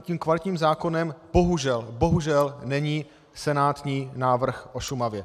Tím kvalitním zákonem bohužel není senátní návrh o Šumavě.